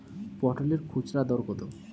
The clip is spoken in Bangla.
পটলের খুচরা দর কত?